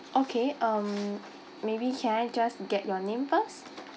okay um maybe can I just get your name first